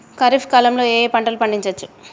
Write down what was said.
ఖరీఫ్ కాలంలో ఏ ఏ పంటలు పండించచ్చు?